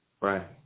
Right